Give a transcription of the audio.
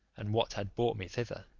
and what had brought me thither?